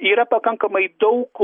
yra pakankamai daug